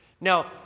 Now